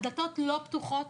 הדלתות לא פתוחות,